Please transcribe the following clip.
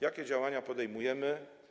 Jakie działania podejmujemy?